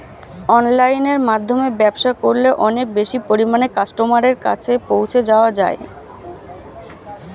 অনলাইনের মাধ্যমে ব্যবসা করলে অনেক বেশি পরিমাণে কাস্টমারের কাছে পৌঁছে যাওয়া যায়?